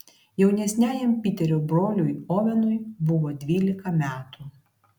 jaunesniajam piterio broliui ovenui buvo dvylika metų